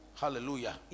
hallelujah